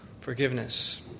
forgiveness